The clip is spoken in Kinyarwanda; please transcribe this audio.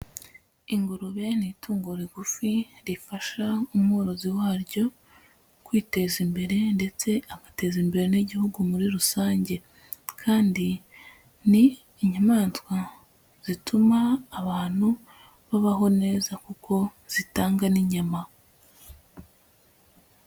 Ingurube ni itungo rigufi rifasha umworozi waryo kwiteza imbere ndetse agateza imbere n'igihugu muri rusange, kandi ni inyamaswa zituma abantu babaho neza kuko zitanga n'inyama.